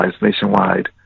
nationwide